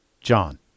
John